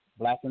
Black